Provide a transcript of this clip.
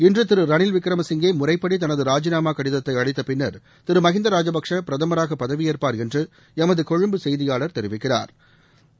இன்று திரு ரனில் விக்ரமசிங்கே முறைப்படி தனது ராஜினாமா கடிதத்தை அளித்த பின்னர் திரு மஹிந்த ராஜபக்சே பிரதமராக பதவியேற்பாா் என்று எமது கொழும்பு செய்தியாளா் தெரிவிக்கிறாா்